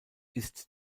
ist